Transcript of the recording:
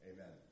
Amen